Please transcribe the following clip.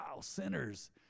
sinners